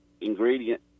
ingredient